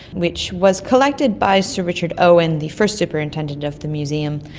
which was collected by sir richard owen, the first superintendent of the museum.